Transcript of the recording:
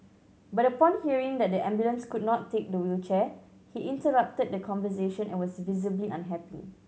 but upon hearing that the ambulance could not take the wheelchair he interrupted the conversation and was visibly unhappy